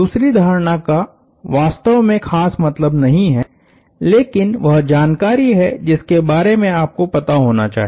दूसरी धारणा का वास्तव में खास मतलब नहीं है लेकिन वह जानकारी है जिसके बारे में आपको पता होना चाहिए